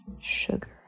sugar